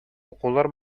укулар